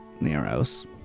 Neros